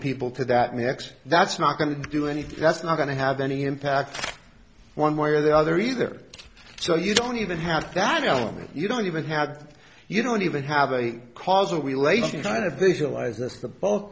people to that next that's not going to do anything that's not going to have any impact one way or the other either so you don't even have that element you don't even have you don't even have a causal relation to visualize